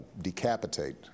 decapitate